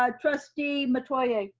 um trustee metoyer.